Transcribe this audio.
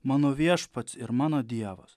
mano viešpats ir mano dievas